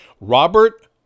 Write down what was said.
Robert